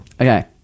Okay